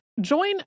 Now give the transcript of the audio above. Join